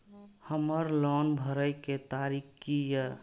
हमर लोन भरए के तारीख की ये?